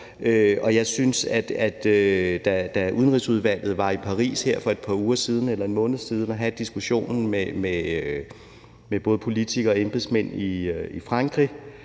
opgavebord, og da Udenrigsudvalget var i Paris her for et par uger siden eller en måned siden og havde diskussionen med både politikere og embedsmænd i Frankrig,